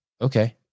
okay